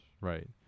right